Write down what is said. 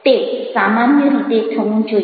તે સામાન્ય રીતે થવું જોઈએ